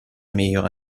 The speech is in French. meilleure